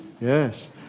yes